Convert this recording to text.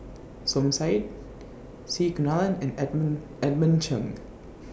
Som Said C Kunalan and Edmund Edmund Cheng